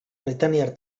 britainiar